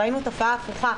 ראינו תופעה הפוכה,